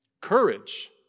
Courage